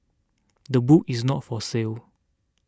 the book is not for sale